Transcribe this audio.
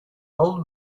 old